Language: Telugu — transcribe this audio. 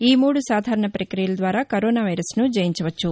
ఈ మూడు సాధారణ ప్రక్రియల ద్వారా కరోనా వైరస్ను జయించవచ్చు